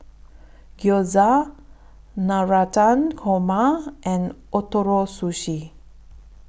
Gyoza Navratan Korma and Ootoro Sushi